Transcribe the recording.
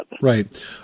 Right